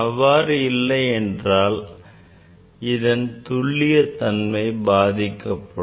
அவ்வாறு இல்லை என்றால் இதன் துல்லியத்தன்மை பாதிக்கப்படும்